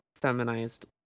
feminized